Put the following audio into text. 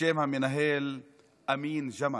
ושם המנהל אמין אל-ג'מל.